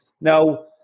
Now